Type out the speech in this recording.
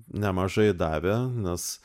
nemažai davė nes